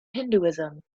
hinduism